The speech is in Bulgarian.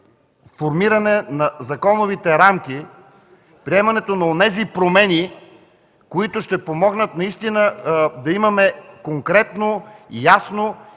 формиране на законовите рамки, приемане на онези промени, които ще помогнат наистина да имаме конкретно, ясно